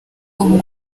ubu